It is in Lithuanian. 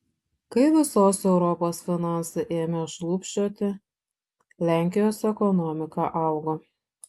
kai visos europos finansai ėmė šlubčioti lenkijos ekonomika augo